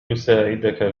يساعدك